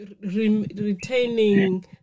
retaining